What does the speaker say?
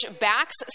backs